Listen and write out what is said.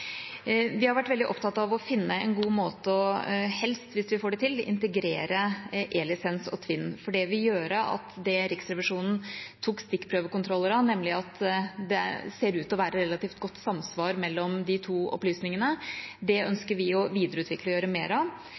Vi har vært veldig opptatt av å finne en god måte å integrere E-lisens og TVINN på – helst, hvis vi får det til. Vi ønsker å videreføre mer av det Riksrevisjonen tok stikkprøvekontroller av, for det ser ut til å være relativt godt samsvar mellom de to opplysningene. Det ønsker vi å videreutvikle og gjøre mer av,